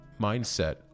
mindset